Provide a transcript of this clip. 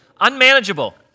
Unmanageable